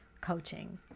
coaching